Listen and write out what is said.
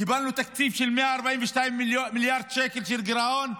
קיבלנו תקציב של 142 מיליארד שקל של גירעון,